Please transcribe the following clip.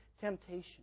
temptation